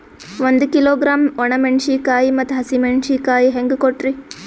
ಒಂದ ಕಿಲೋಗ್ರಾಂ, ಒಣ ಮೇಣಶೀಕಾಯಿ ಮತ್ತ ಹಸಿ ಮೇಣಶೀಕಾಯಿ ಹೆಂಗ ಕೊಟ್ರಿ?